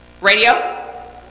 Radio